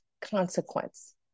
consequence